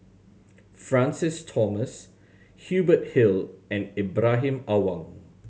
Francis Thomas Hubert Hill and Ibrahim Awang